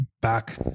back